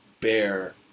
bear